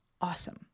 Awesome